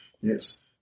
Yes